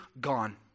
gone